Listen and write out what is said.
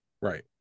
right